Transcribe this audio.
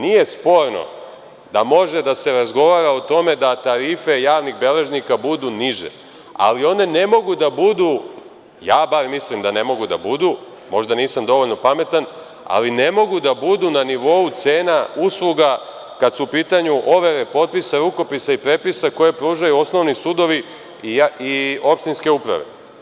Nije sporno da može da se razgovara o tome da tarife javnih beležnika budu niže, ali one ne mogu da budu, ja bar mislim da ne mogu da budu, možda nisam dovoljno pametan, na nivou cena usluga, kada su u pitanju overe potpisa, rukopisa i prepisa koje pružaju osnovni sudovi i opštinske uprave.